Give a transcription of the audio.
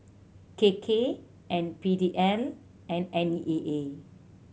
K K and P D and and N E A A